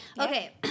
Okay